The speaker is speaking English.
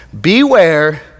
Beware